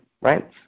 right